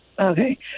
Okay